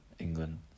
england